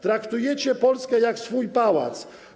Traktujecie Polskę jak swój pałac.